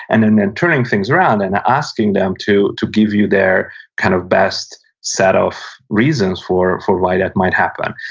and then, turning things around and asking them to to give you their kind of best set of reasons for for why that might happen.